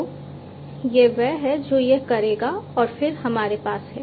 तो यह वह है जो यह करेगा और फिर हमारे पास है